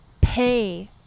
pay